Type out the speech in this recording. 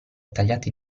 tagliata